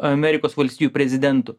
amerikos valstijų prezidentu